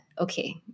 okay